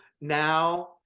now